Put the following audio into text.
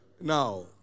Now